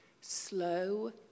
Slow